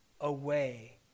away